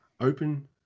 open